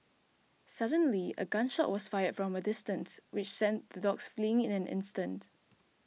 suddenly a gun shot was fired from a distance which sent the dogs fleeing in an instant